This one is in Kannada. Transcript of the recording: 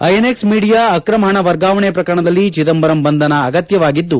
ಐಎನ್ಎಕ್ಸ್ ಮೀಡಿಯಾ ಆಕ್ರಮ ಪಣ ವರ್ಗಾವಣೆ ಪ್ರಕರಣದಲ್ಲಿ ಚಿದಂಬರಂ ಬಂಧನ ಅಗತ್ತವಾಗಿದ್ದು